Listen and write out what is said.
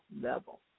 level